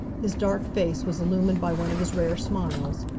his dark face was illumined by one of his rare smiles.